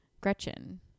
Gretchen